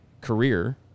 career